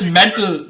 mental